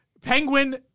Penguin